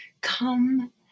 Come